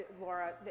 Laura